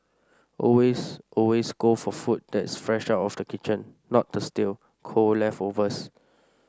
always always go for food that's fresh out of the kitchen not the stale cold leftovers